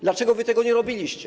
Dlaczego wy tego nie robiliście?